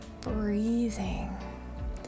breathing